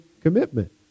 commitment